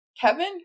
Kevin